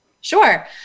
Sure